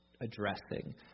addressing